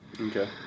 Okay